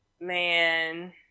Man